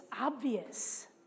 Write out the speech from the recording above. obvious